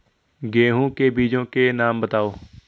गेहूँ के बीजों के नाम बताओ?